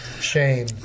Shame